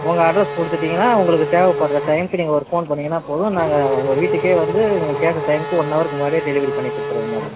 உங்கள் அட்ரெஸ் கொடுத்துட்டீங்கன்னா உங்களுக்கு தேவைப்படுகிற டைம்க்கு நீங்கள் ஒரு ஃபோன் பண்ணீங்கன்னால் போதும் நாங்கள் உங்கள் வீட்டுக்கே வந்து நீங்கள் கேட்ட டைம்க்கு ஒன் அவர்க்கு முன்னாடியே டெலிவரி பண்ணிக் கொடுத்துடுவோம் மேடம்